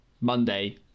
Monday